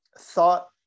thought